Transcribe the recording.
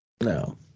No